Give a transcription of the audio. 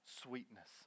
sweetness